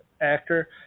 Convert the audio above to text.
actor